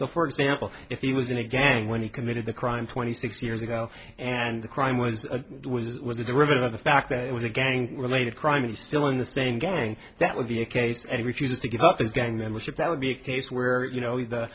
for example if he was in a gang when he committed the crime twenty six years ago and the crime was was was a derivative of the fact that it was a gang related crime he's still in the same gang that would be a case and refuses to give up his gang membership that would be a case where you know the